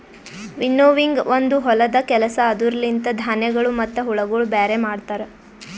winnowing ಒಂದು ಹೊಲದ ಕೆಲಸ ಅದುರ ಲಿಂತ ಧಾನ್ಯಗಳು ಮತ್ತ ಹುಳಗೊಳ ಬ್ಯಾರೆ ಮಾಡ್ತರ